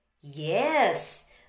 Yes